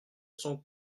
son